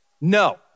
No